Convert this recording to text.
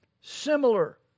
similar